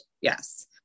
yes